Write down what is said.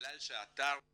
בגלל שהאתר הוא